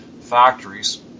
factories